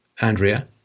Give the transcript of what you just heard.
Andrea